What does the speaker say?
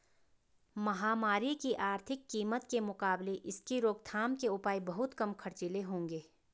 महामारी की आर्थिक कीमत के मुकाबले इसकी रोकथाम के उपाय बहुत कम खर्चीले होंगे